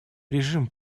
режим